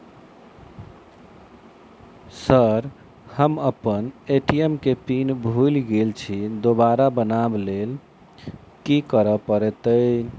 Sir हम अप्पन ATM केँ पिन भूल गेल छी दोबारा बनाब लैल की करऽ परतै?